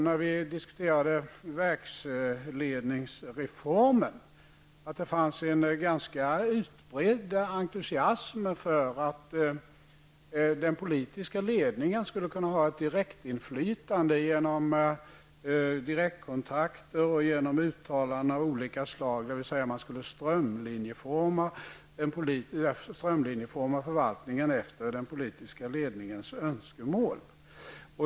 När vi diskuterade verksledningsreformen fanns det en ganska utbredd entusiasm för att den politiska ledningen skulle kunna ha ett direktinflytande genom direktkontakter och genom uttalanden av olika slag. Man skulle alltså strömlinjeforma förvaltningen efter den politiska ledningens önskemål.